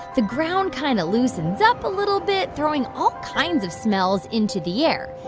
the ground kind of loosens up a little bit, throwing all kinds of smells into the air.